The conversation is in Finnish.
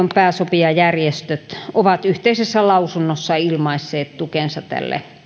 esimerkiksi valtion pääsopijajärjestöt ovat yhteisessä lausunnossaan ilmaisseet tukensa tälle